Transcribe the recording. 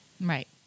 Right